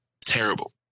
Terrible